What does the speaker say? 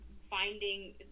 finding